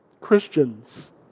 Christians